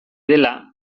dela